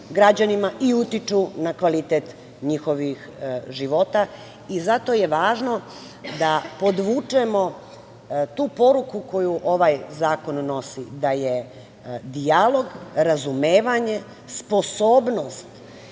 i utiču na kvalitet njihovih života i zato je važno da podvučemo tu poruku koju ovaj zakon nosi , da je dijalog, razumevanje sposobnost